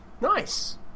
Nice